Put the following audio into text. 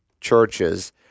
churches